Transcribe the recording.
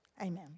amen